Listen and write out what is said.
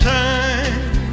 time